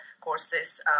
courses